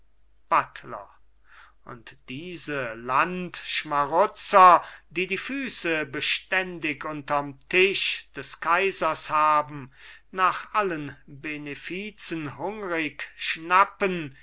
buttler und diese landschmarutzer die die füße beständig unterm tisch des kaisers haben nach allen benefizen hungrig schnappen